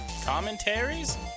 commentaries